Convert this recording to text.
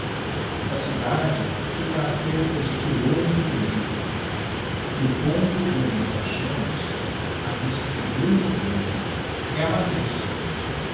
a cidade fica acerca de kilometro e meio do ponto onde nos achamos avista se grande igreja é a matriz